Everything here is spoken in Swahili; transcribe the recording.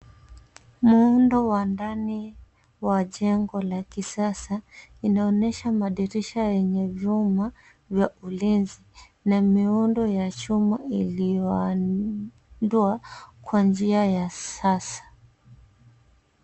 Muundo wa ndani wa jengo la kisasa. Inaonyesha madirisha yenye vyuma vya ulinzi na miundo ya chuma iliyoundwa kwa njia ya sasa.